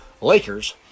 Lakers